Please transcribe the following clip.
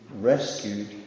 rescued